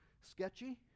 sketchy